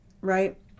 right